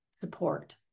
support